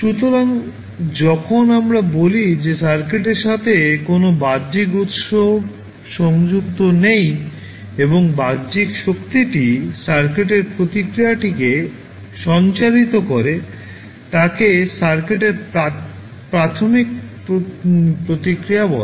সুতরাং যখন আমরা বলি যে সার্কিটের সাথে কোনও বাহ্যিক উৎস সংযুক্ত নেই এবং বাহ্যিক শক্তিটি সার্কিটের প্রতিক্রিয়াটিকে সঞ্চারিত করে তাকে সার্কিটের প্রাকৃতিক প্রতিক্রিয়া বলে